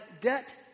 debt